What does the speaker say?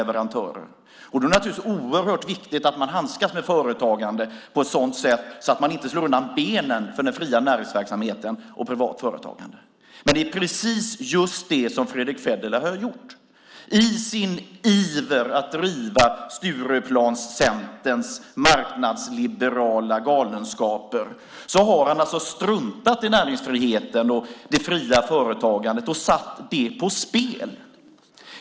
Därför är det naturligtvis oerhört viktigt att man handskas med företagandet på ett sådant sätt att man inte slår undan benen för den fria näringsverksamheten och för privat företagande. Men det är just det som Fredrick Federley har gjort. I sin iver att driva Stureplanscenterns marknadsliberala galenskaper har han struntat i näringsfriheten och det fria företagandet och satt det på spel.